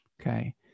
okay